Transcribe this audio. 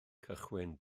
cychwyn